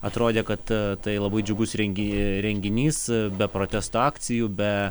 atrodė kad tai labai džiugus rengi renginys be protesto akcijų be